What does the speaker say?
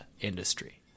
industry